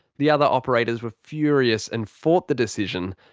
the other operators were furious, and fought the decision,